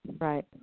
Right